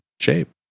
shape